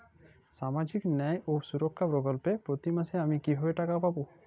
সামাজিক ন্যায় ও সুরক্ষা প্রকল্পে প্রতি মাসে আমি কিভাবে টাকা পাবো?